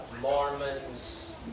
Mormons